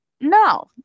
no